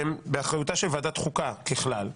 שהם באחריותה של ועדת החוקה ככלל,